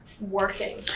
working